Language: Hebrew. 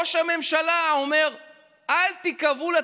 האנשים מאוד צודקים בזה שהם איבדו את